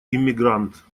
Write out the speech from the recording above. иммигрант